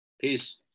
Peace